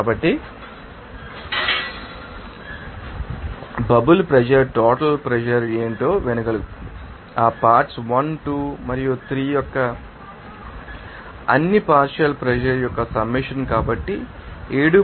కాబట్టి bubble pressure total pressure ఏమిటో వినగలుగుతుంది ఆ పార్ట్శ్ ు 1 2 మరియు 3 యొక్క అన్ని పార్షియల్ ప్రెషర్ యొక్క సమ్మషన్ కాబట్టి 7